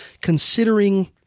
considering